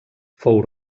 fou